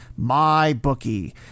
MyBookie